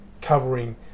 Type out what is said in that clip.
covering